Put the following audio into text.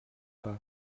pas